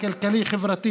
חברי